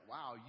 Wow